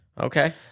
okay